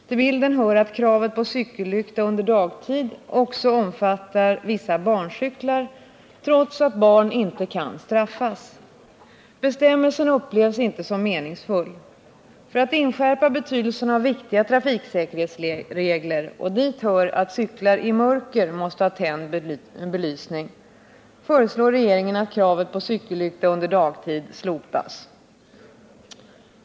Till bilden hör att kravet på cykellykta under dagtid också omfattar vissa barncyklar trots att barn inte kan straffas. Bestämmelsen upplevs inte som meningsfull. För att inskärpa betydelsen av viktiga trafiksäkerhetsregler — och dit hör att cyklar i mörker måste ha tänd belysning — föreslår regeringen att kravet på cykellykta under dagtid slopas.